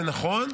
זה נכון.